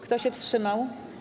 Kto się wstrzymał?